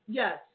yes